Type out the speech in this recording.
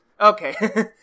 Okay